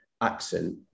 accent